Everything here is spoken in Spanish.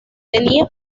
tenía